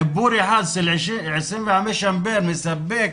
חיבור אחד של 25 אמפר מספק